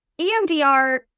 EMDR